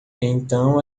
então